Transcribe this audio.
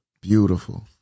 Beautiful